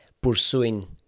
pursuing